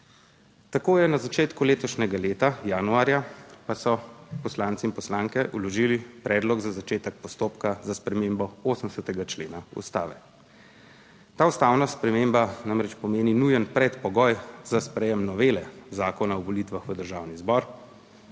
Tako je na začetku letošnjega leta, januarja pa so poslanci in poslanke vložili predlog za začetek postopka za spremembo 80. člena Ustave. Ta ustavna sprememba namreč pomeni nujen predpogoj za sprejem novele zakona o volitvah v Državni zbor,